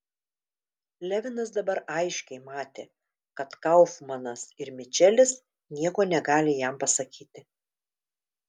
levinas dabar aiškiai matė kad kaufmanas ir mičelis nieko negali jam pasakyti